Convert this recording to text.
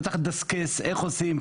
לא צריך לדסקס איך עושים,